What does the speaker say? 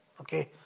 okay